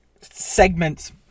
segments